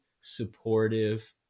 supportive